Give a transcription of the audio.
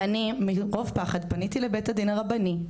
ואני מרוב פחד פניתי לבית הדין הרבני,